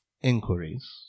inquiries